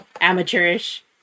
amateurish